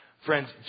Friends